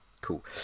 cool